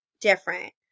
different